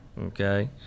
Okay